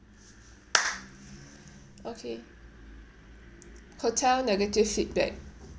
okay hotel negative feedback